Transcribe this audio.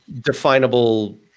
definable